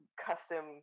custom